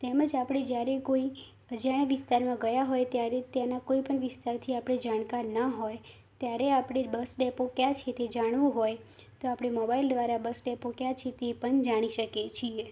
તેમજ આપણે જ્યારે કોઈ અજાણ્યા વિસ્તારમાં ગયા હોય ત્યારે તેના કોઇપણ વિસ્તારથી આપણે જાણકાર ના હોય ત્યારે આપણે બસ ડેપો ક્યાં છે તે જાણવું હોય તો આપણે મોબાઇલ દ્વારા બસ ડેપો ક્યાં છે તે પણ જાણી શકીએ છીએ